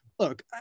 Look